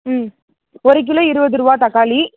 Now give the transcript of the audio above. ம் ஒரு கிலோ இருபது ரூபா தக்காளி